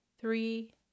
three